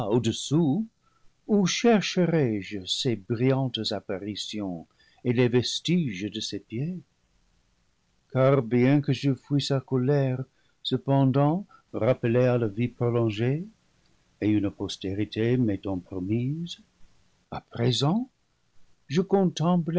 au-dessous où cherche rai je ses brillantes apparitions et les vestiges de ses pieds car bien que je fuie sa colère cependant rappelé à la vie prolongée et une postérité m'étant promise à présent je